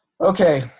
okay